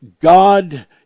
God